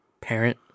parent